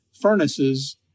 furnaces